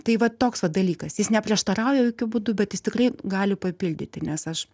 tai vat toks vat dalykas jis neprieštarauja jokiu būdu bet jis tikrai gali papildyti nes aš